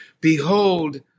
Behold